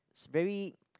it's very